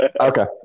Okay